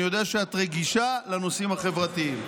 אני יודע שאת רגישה לנושאים החברתיים,